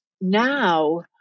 now